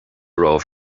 romhaibh